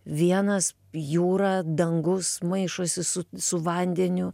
vienas jūra dangus maišosi su su vandeniu